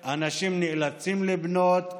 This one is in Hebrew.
שבו אנשים נאלצים לבנות,